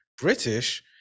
British